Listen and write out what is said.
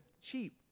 cheap